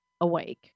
awake